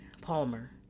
Palmer